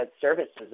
services